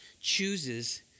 chooses